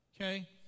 Okay